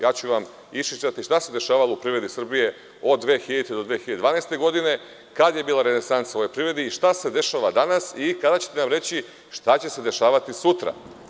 Ja ću vam iščitati šta se dešavalo u privredi Srbije od 2000. do 2012. godine, kada je bila renesansa u ovoj privredi i šta se dešava danas i kada ćete nam reći šta će se dešavati sutra?